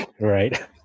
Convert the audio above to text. Right